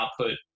output